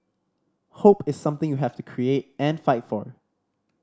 hope is something you have to create and fight for